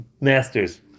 masters